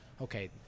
okay